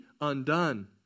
undone